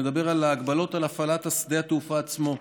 מדבר על ההגבלות על הפעלת שדה התעופה עצמו.